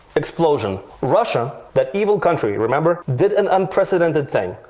explosion russia, that evil country, remember, did an unprecedented thing.